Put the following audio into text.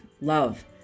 love